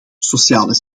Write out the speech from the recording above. sociale